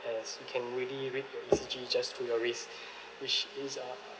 as you can really read your E_C_G just to your wrist which is uh